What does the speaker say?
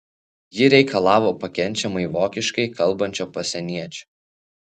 ji reikalavo pakenčiamai vokiškai kalbančio pasieniečio